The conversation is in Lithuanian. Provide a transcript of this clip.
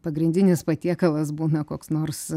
pagrindinis patiekalas būna koks nors